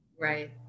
Right